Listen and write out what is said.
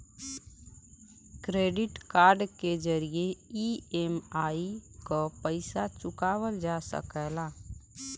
credit card के जरिये EMI क पइसा चुकावल जा सकला